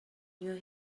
you